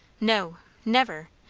no never!